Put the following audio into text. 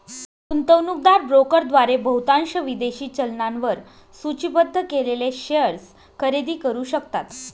गुंतवणूकदार ब्रोकरद्वारे बहुतांश विदेशी चलनांवर सूचीबद्ध केलेले शेअर्स खरेदी करू शकतात